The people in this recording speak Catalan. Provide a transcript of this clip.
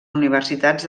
universitats